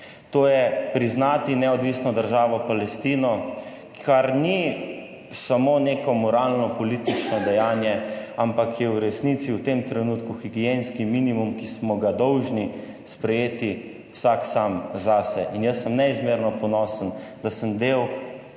to je priznati neodvisno državo Palestino, kar ni samo neko moralno-politično dejanje, ampak je v resnici v tem trenutku higienski minimum, ki smo ga dolžni sprejeti vsak sam zase. In jaz sem neizmerno ponosen, da sem del